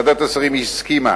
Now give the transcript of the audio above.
ועדת השרים הסכימה,